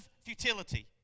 futility